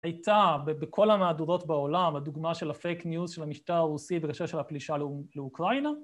הייתה בכל המהדורות בעולם, הדוגמה של הפייק ניוז של המשטר הרוסי בהקשר של הפלישה לאוקראינה